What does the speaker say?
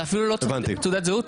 אתה אפילו לא צריך תעודת זהות.